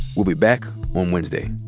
we'll be back on wednesday